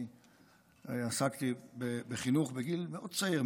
אני עסקתי בחינוך בגיל מאוד צעיר,